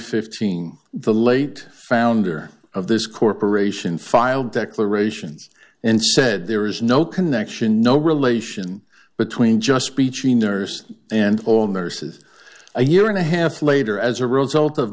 fifteen the late founder of this corporation filed declarations and said there is no connection no relation between just between nurse and all nurses a year and a half later as a result of